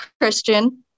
Christian